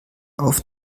auf